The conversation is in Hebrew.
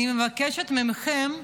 אני מבקשת מכם,